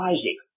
Isaac